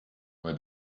why